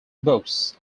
books